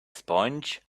sponge